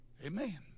Amen